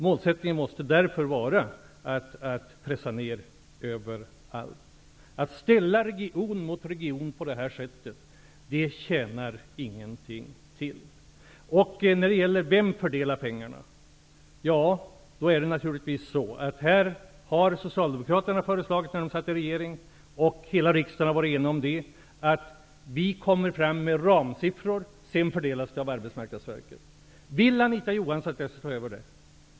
Målsättningen måste därför vara att pressa ned arbetslösheten överallt. Att ställa region mot region på det här sättet tjänar ingenting till. Frågan om vem som fördelar pengarna har tagits upp. När socialdemokraterna satt i regeringsställning föreslog de -- vilket hela riksdagen var enig om -- att man skall ange ramsiffror och att pengarna sedan skall fördelas av Arbetsmarknadsverket. Vill Anita Johansson att jag skall ta över det?